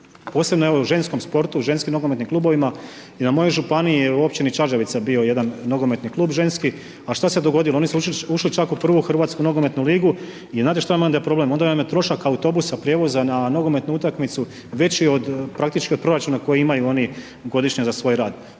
posebno ženskom sportu, ženskim nogometnim klubovima, u mojoj županiji u općini Čađavica bio jedan nogometni klub ženski, a što se dogodilo? Oni su ušli čak u 1.Hrvatsku nogometnu ligu i znate što je onda problem. Onda vam je trošak autobusa prijevoza, na nogometnu utakmicu, veći od praktički proračuna koji imaju oni godišnje za svoj rad.